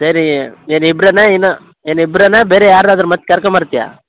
ಸರಿ ಏನು ಇಬ್ರೆನಾ ಇನ್ನ ಇನ್ನು ಇಬ್ರೆನಾ ಬೇರೆ ಯಾರಾದರು ಮತ್ತೆ ಕರ್ಕೊಂಬರ್ತ್ಯ